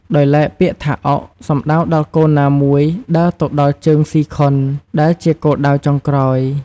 ដោយឡែកពាក្យថា អុក សំដៅដល់កូនណាមួយដើរទៅដល់ជើងស៊ីខុន ដែលជាគោលដៅចុងក្រោយ។